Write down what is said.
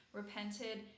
repented